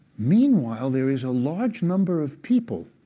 meanwhile, there is a large number of people,